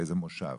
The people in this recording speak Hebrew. באיזה מושב,